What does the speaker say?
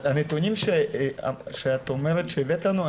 אבל הנתונים שאת אומרת שהבאת לנו,